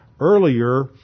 earlier